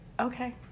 Okay